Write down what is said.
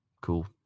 Cool